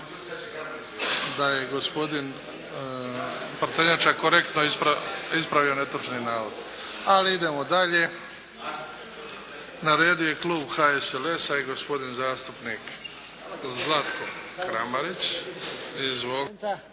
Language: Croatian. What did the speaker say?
Da je gospodin Prtenjača korektno ispravio netočni navod. Ali idemo dalje. Na redu je klub HSLS-a i gospodin zastupnik Zlatko Kramarić.